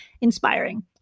inspiring